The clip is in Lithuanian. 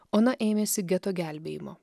ona ėmėsi geto gelbėjimo